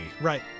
Right